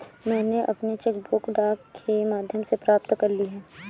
मैनें अपनी cheque book डाक के माध्यम से प्राप्त कर ली है